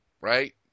right